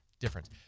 difference